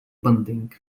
bunting